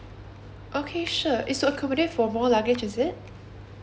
okay sure it's to accommodate for more luggage is it